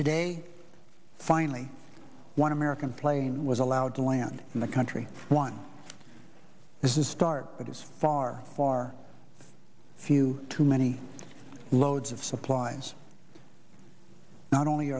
today finally one american plane was allowed to land in the country one is the start that is far far a few too many loads of supplies not only